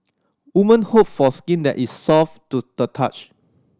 woman hope for skin that is soft to the touch